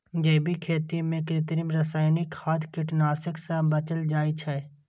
जैविक खेती मे कृत्रिम, रासायनिक खाद, कीटनाशक सं बचल जाइ छै